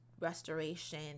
restoration